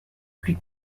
plus